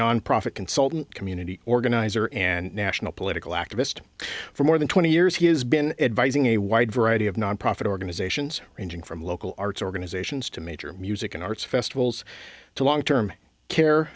nonprofit consultant community organizer and national political activist for more than twenty years he has been advising a wide variety of nonprofit organizations ranging from local arts organizations to major music and arts festivals to long term care